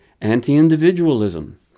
anti-individualism